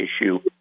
issue